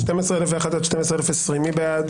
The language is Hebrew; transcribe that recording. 11,981 עד 12,00, מי בעד?